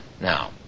Now